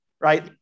right